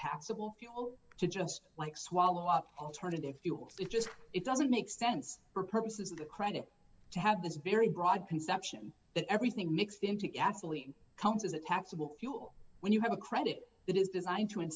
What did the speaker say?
taxable fuel just like swallow up alternative fuels it just it doesn't make sense for purposes of the credit to have this very broad conception that everything mixed into gasoline cans is a taxable fuel when you have a credit that is designed to